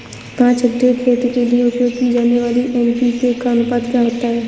पाँच हेक्टेयर खेत के लिए उपयोग की जाने वाली एन.पी.के का अनुपात क्या होता है?